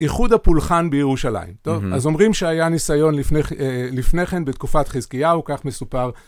איחוד הפולחן בירושלים, טוב? אז אומרים שהיה ניסיון לפני כן, בתקופת חזקיהו, כך מסופר.